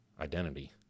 identity